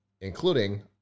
including